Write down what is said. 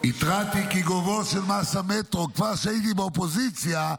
כבר כשהייתי באופוזיציה,